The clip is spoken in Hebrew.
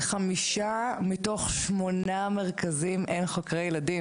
לחמישה מתוך שמונה מרכזים אין חוקרי ילדים.